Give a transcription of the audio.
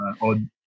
odd